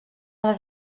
les